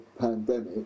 pandemic